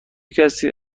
کسی